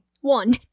One